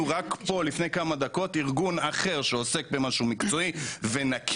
רק פה לפני כמה דקות ארגון אחר שעוסק במשהו מקצועי ו"נקי"